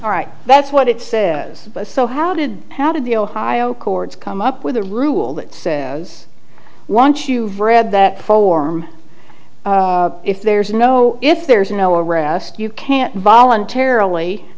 all right that's what it says but so how did how did the ohio courts come up with a rule that says once you've read that form if there's no if there's no arrest you can't volunt